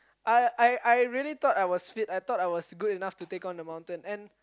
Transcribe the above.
I I I really thought I was fit I thought I was good enough to take on the mountain and